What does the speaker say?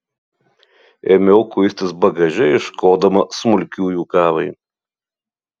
ėmiau kuistis bagaže ieškodama smulkiųjų kavai